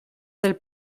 del